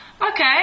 Okay